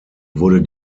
wurde